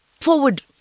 forward-